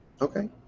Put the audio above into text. Okay